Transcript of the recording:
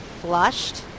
Flushed